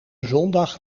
zondag